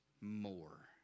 more